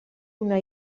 una